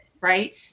right